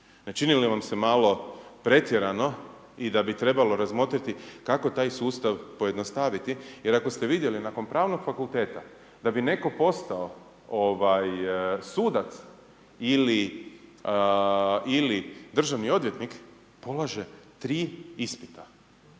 Ne čini li vam se malo pretjerano i da bi trebalo razmotriti kako taj sustav pojednostaviti jer ako ste vidjeli nakon pravnog fakulteta da bi netko postao sudac ili državni odvjetnik polaže tri ispita